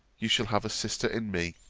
you shall have a sister in me.